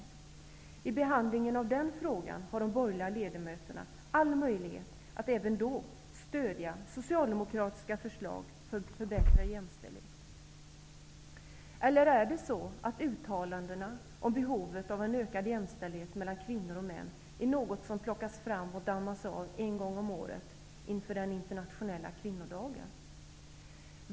Även vid behandlingen av den frågan har de borgerliga ledamöterna all möjlighet att stödja socialdemokratiska förslag för förbättrad jämställdhet. Eller är det så att uttalandena om behovet av en ökad jämställdhet mellan kvinnor och män är något som plockas fram och dammas av en gång om året inför den internationella kvinnodagen?